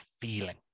feeling